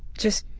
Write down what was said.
just.